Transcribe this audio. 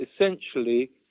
essentially